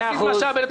להסיט משאב ולתגבר,